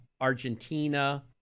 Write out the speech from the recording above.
Argentina